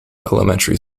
elementary